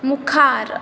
मुखार